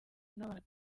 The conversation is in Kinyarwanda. n’abantu